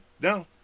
no